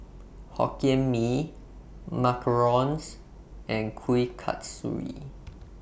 Hokkien Mee Macarons and Kuih Kasturi